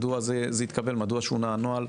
מדוע שונה הנוהל,